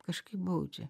kažkaip baudžia